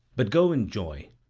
but go in joy,